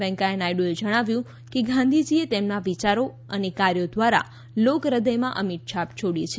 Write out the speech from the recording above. વેકૈયા નાયડુએ જણાવ્યું કે ગાંધીજીએ તેમના વિયારો અને કાર્યો ધ્વારા લોક હૃદયમાં અમિટ છાપ છોડી છે